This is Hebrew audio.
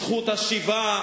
זכות השיבה,